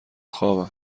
خوابم